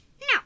No